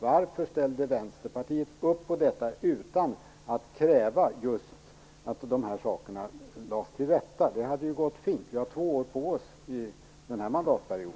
Varför ställde Vänsterpartiet upp på detta utan att kräva att dessa saker lades till rätta? Det hade ju gått fint - vi har två år på oss under denna mandatperiod.